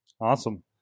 Awesome